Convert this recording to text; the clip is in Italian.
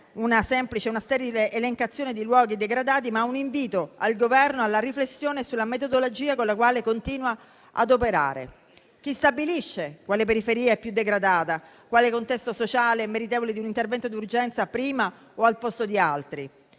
questa non è una sterile elencazione di luoghi degradati, ma un invito al Governo alla riflessione sulla metodologia con la quale continua ad operare. Chi stabilisce quale periferia è più degradata e quale contesto sociale è meritevole di un intervento d'urgenza prima o al posto di altri?